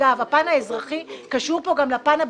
הפן האזרחי, אגב, קשור פה גם לפן הביטחוני.